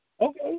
Okay